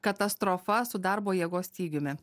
katastrofa su darbo jėgos stygiumi